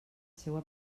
seua